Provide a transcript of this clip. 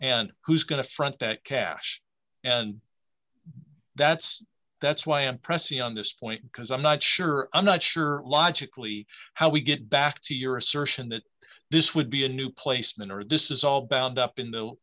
and who's going to front that cash and that's that's why i'm pressing on this point because i'm not sure i'm not sure logically how we get back to your assertion that this would be a new placement or this is all bound up in the